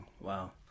Wow